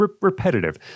repetitive